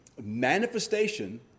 manifestation